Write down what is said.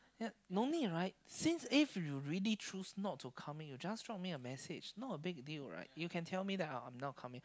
ya normally right since if you really choose not to coming you just drop me a message not a big deal right you can tell me that oh I'm not coming